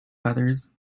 feathers